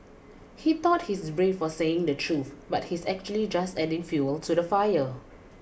he thought he's brave for saying the truth but he's actually just adding fuel to the fire